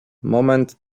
moment